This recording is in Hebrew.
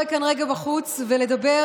בחוץ, ולדבר